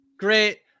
Great